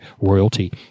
royalty